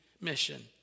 mission